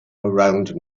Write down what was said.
around